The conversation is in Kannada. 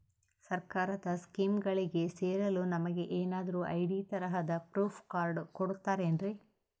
ಸರ್ಕಾರದ ಸ್ಕೀಮ್ಗಳಿಗೆ ಸೇರಲು ನಮಗೆ ಏನಾದ್ರು ಐ.ಡಿ ತರಹದ ಪ್ರೂಫ್ ಕಾರ್ಡ್ ಕೊಡುತ್ತಾರೆನ್ರಿ?